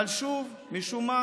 אבל שוב, משום מה